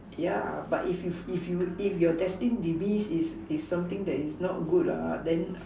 yeah but if if if you if you're destined demise is is something that is not good ah then